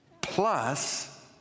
plus